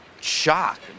shock